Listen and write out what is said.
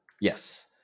Yes